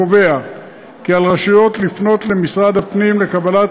הקובע כי על רשויות לפנות למשרד הפנים לקבלת